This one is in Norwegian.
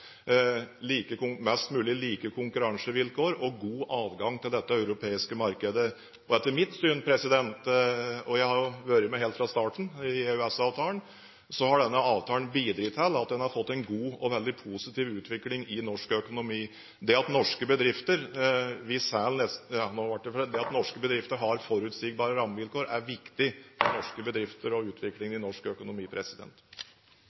mest mulig like konkurransevilkår og god adgang til dette europeiske markedet. Etter mitt syn – og jeg har vært med helt fra starten når det gjelder EØS-avtalen – har denne avtalen bidratt til at en har fått en god og veldig positiv utvikling i norsk økonomi. Det at norske bedrifter har forutsigbare rammevilkår, er viktig for norske bedrifter og utviklingen i norsk økonomi. Det blir gitt anledning til tre oppfølgingsspørsmål – først representanten Kjell Ingolf Ropstad. SVs og